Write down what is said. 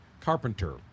Carpenter